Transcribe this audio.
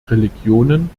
religionen